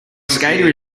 skater